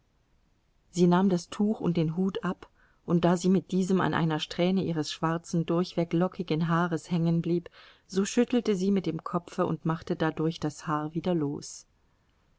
sie nahm das tuch und den hut ab und da sie mit diesem an einer strähne ihres schwarzen durchweg lockigen haares hängenblieb so schüttelte sie mit dem kopfe und machte dadurch das haar wieder los